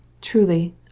Truly